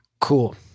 cool